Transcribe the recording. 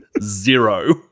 zero